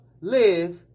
live